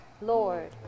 Lord